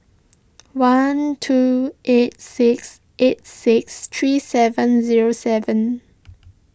one two eight six eight six three seven zero seven